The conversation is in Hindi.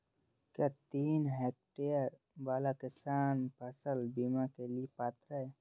क्या तीन हेक्टेयर वाला किसान फसल बीमा के लिए पात्र हैं?